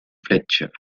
fletcher